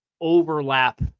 overlap